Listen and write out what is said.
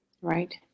right